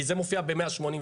כי זה מופיע ב-188.